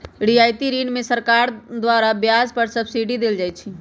रियायती ऋण में सरकार द्वारा ब्याज पर सब्सिडी देल जाइ छइ